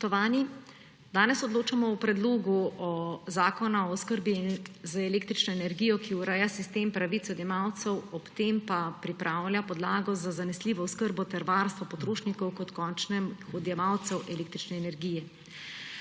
Danes odločamo o Predlogu zakona o oskrbi z električno energijo, ki ureja sistem pravice odjemalcev, ob tem pa pripravlja podlago za zanesljivo oskrbo ter varstvo potrošnikov kot končnih odjemalcev električne energije.